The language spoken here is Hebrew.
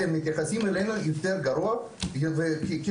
אתם מתייחסים אלינו יותר גרוע וכאילו